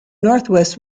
northwest